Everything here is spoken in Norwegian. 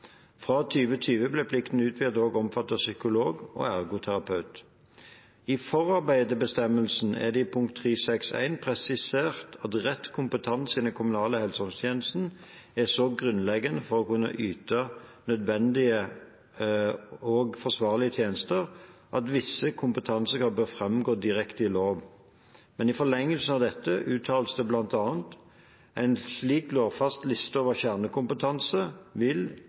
Fra 2020 ble plikten utvidet til også å omfatte psykolog og ergoterapeut. I forarbeidene til bestemmelsen er det i punkt 3.6.1 presisert at rett kompetanse i den kommunale helse- og omsorgstjenesten er så grunnleggende for å kunne yte nødvendige og forsvarlige tjenester at visse kompetansekrav bør framgå direkte i lov. I forlengelsen av dette uttales det bl.a.: «En slik lovfastsatt liste over kjernekompetanse vil